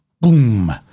boom